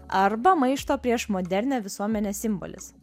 arba maišto prieš modernią visuomenę simbolis